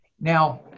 Now